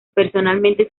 personalmente